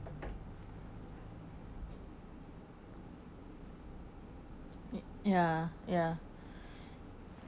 ya ya